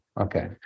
Okay